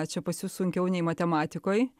čia pas jus sunkiau nei matematikoj